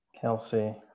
Kelsey